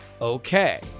okay